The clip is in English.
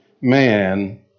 man